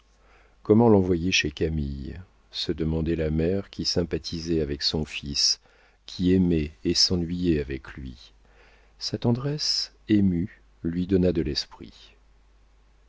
comment l'envoyer chez camille se demandait la mère qui sympathisait avec son fils qui aimait et s'ennuyait avec lui sa tendresse émue lui donna de l'esprit